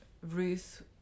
Ruth